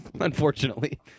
Unfortunately